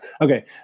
okay